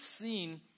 seen